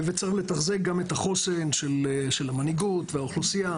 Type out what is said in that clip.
וצריך לתחזק גם את החוסן של מנהיגות והאוכלוסייה.